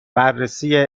بررسی